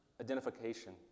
identification